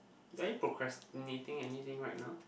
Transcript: are you procrastinating anything right now